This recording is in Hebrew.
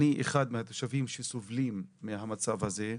אני אחד מהתושבים שסובלים מהמצב הזה.